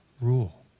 rule